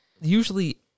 usually